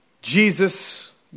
Jesus